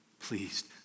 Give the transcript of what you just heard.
pleased